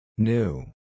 New